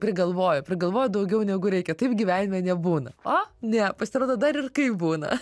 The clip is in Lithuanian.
prigalvojo prigalvojo daugiau negu reikia taip gyvenime nebūna o ne pasirodo dar ir kai būna